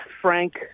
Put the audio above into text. Frank